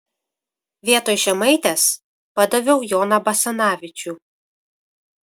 vietoj žemaitės padaviau joną basanavičių